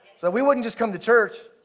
that we wouldn't just come to church